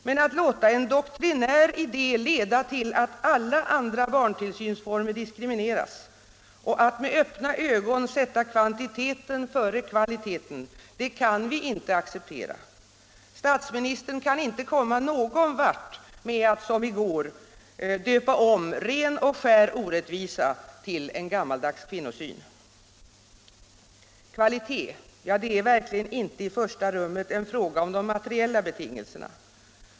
Men att låta en doktrinär idé leda till att alla andra barntillsynsformer diskrimineras och att med öppna ögon sätta kvantiteten före kvaliteten kan vi inte acceptera. Statsministern kan inte komma någon vart med att som i går döpa om ren och skär orättvisa till gammaldags kvinnosyn. Kvalitet är verkligen inte i första rummet en fråga om de materiella betingelserna.